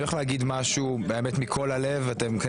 אני הולך להגיד משהו מכל הלב ואתם בקואליציה